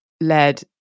led